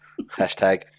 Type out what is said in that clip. Hashtag